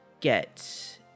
get